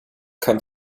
kann